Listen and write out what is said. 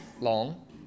long